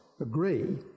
agree